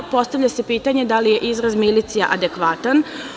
Postavlja se pitanje da li je izraz milicija adekvatan?